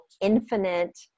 infinite